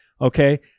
Okay